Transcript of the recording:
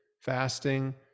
fasting